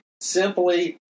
simply